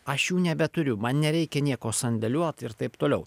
aš jų nebeturiu man nereikia nieko sandėliuot ir taip toliau